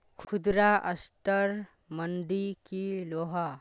खुदरा असटर मंडी की होला?